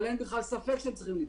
אבל אין בכלל ספק שהם צריכים להתקיים.